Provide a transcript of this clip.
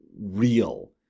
real